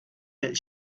that